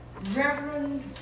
reverend